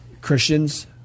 Christians